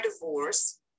divorce